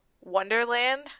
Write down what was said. Wonderland